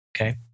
Okay